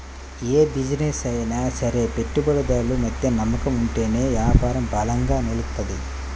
యే బిజినెస్ అయినా సరే పెట్టుబడిదారులు మధ్య నమ్మకం ఉంటేనే యాపారం బలంగా నిలుత్తది